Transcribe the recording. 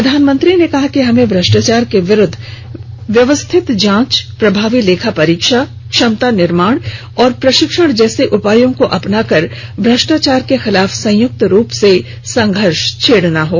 प्रधानमंत्री ने कहा कि हमें भ्रष्टाचार के विरूद्व व्यवस्थित जांच प्रभावी लेखा परीक्षा क्षमता निर्माण और प्रशिक्षण जैसे उपायों को अपनाकर भ्रष्टाचार के खिलाफ संयुक्त रूप से संघर्ष छेड़ना होगा